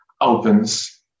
opens